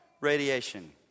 radiation